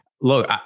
look